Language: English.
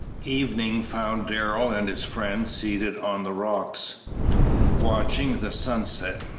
evening found darrell and his friend seated on the rocks watching the sunset.